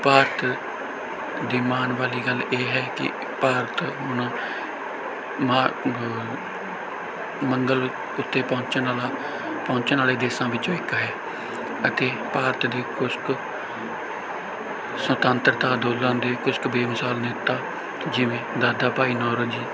ਭਾਰਤ ਦੀ ਮਾਣ ਵਾਲੀ ਗੱਲ ਇਹ ਹੈ ਕੀ ਭਾਰਤ ਹੁਣ ਮਗ ਮੰਗਲ ਉੱਤੇ ਪਹੁੰਚਣ ਵਾਲਾ ਪਹੁੰਚਣ ਵਾਲੇ ਦੇਸ਼ਾਂ ਵਿੱਚੋਂ ਇੱਕ ਹੈ ਅਤੇ ਭਾਰਤ ਦੀ ਕੁਝ ਕੁ ਸੁਤੰਤਰਤਾ ਅੰਦੋਲਨਾਂ ਦੀ ਕੁਝ ਕੁ ਬੇਮਿਸਾਲ ਨੇਤਾ ਜਿਵੇਂ ਦਾਦਾ ਭਾਈ ਨੌਰੋਜੀ